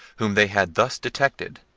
whom they had thus detected,